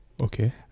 okay